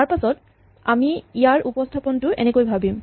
তাৰপাছত আমি ইয়াৰ উপস্হাপনটো এনেকৈ ভাৱিম